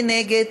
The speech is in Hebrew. מי נגד?